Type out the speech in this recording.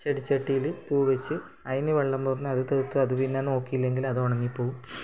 ചെടിച്ചട്ടീല് പൂ വച്ച് അതിനെ വെള്ളം അത് പിന്നെ നോക്കില്ലെങ്കിൽ അത് ഒണങ്ങി പോകും